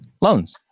loans